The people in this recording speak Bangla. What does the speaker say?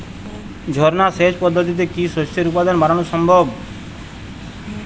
ঝর্না সেচ পদ্ধতিতে কি শস্যের উৎপাদন বাড়ানো সম্ভব?